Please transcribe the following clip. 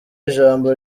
ijambo